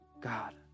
God